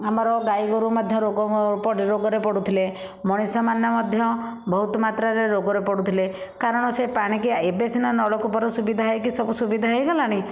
ଆମର ଗାଈ ଗୋରୁ ମଧ୍ୟ ରୋଗ ମ ପଡ଼ି ରୋଗରେ ପଡ଼ୁଥିଲେ ମଣିଷମାନେ ମଧ୍ୟ ବହୁତ ମାତ୍ରାରେ ରୋଗରେ ପଡୁଥିଲେ କାରଣ ସେ ପାଣିକି ଏବେ ସିନା ନଳକୂପର ସୁବିଧା ହୋଇକି ସବୁ ସୁବିଧା ହୋଇଗଲାଣି